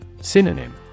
Synonym